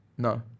No